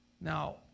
Now